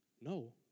No